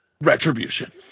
Retribution